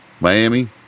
Miami